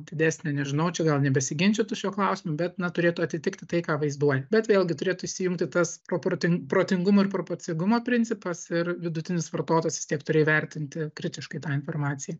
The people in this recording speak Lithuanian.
didesnę nežinau čia gal besiginčytų šiuo klausimu bet na turėtų atsitikti tai ką vaizduoja bet vėlgi turėtų įsijungti tas proportin protingumo ir proporcingumo principas ir vidutinis vartotojas vis tiek turi įvertinti kritiškai tą informaciją